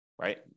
right